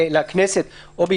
אם האלטרנטיבה זה מה